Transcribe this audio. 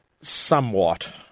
Somewhat